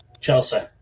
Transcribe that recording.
Chelsea